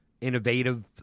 innovative